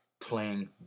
playing